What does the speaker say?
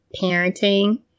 parenting